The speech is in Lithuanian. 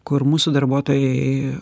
kur mūsų darbuotojai